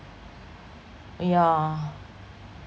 yeah